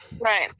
right